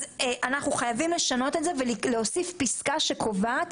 אז אנחנו חייבים לשנות את זה, ולהוסיף פסקה שקובעת